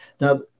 Now